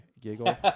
giggle